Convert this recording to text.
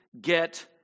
get